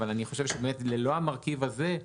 אבל אני חושב שללא המרכיב הזה,